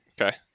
Okay